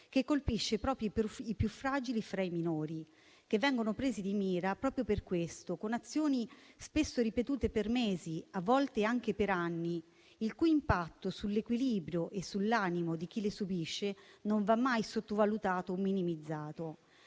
che colpisce proprio i più fragili fra i minori, che vengono presi di mira proprio per questo, con azioni spesso ripetute per mesi, a volte anche per anni, il cui impatto sull'equilibrio e sull'animo di chi le subisce non va mai sottovalutato o minimizzato.